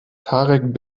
tarek